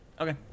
Okay